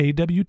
AWT